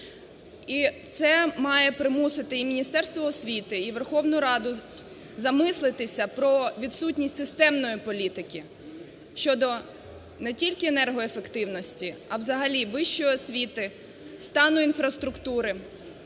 це має примусити і Міністерство освіти, і Верховну Раду замислитися про відсутність системної політики щодо не тільки енергоефективності, а взагалі вищої освіти, стану інфраструктури.